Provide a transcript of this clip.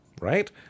right